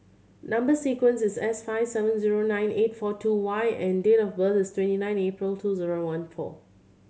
number sequence is S five seven zero nine eight four two Y and date of birth is twenty nine April two zero one four